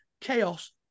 chaos